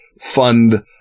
fund